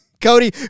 Cody